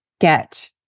get